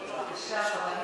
בבקשה.